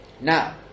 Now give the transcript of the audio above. Now